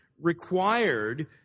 required